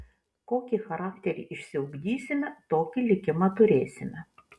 kokį charakterį išsiugdysime tokį likimą turėsime